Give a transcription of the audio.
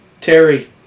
Terry